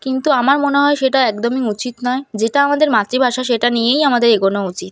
কিন্তু আমার মনে হয় সেটা একদমই উচিত নয় যেটা আমাদের মাতৃভাষা সেটা নিয়েই আমাদের এগোনো উচিত